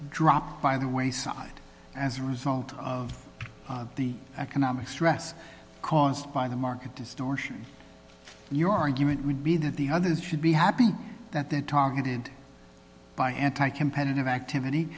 dropped by the wayside as a result of the economic stress caused by the market distortion and your argument would be that the others should be happy that they're targeted by anti competitive activity